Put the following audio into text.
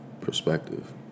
Perspective